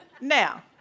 Now